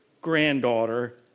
granddaughter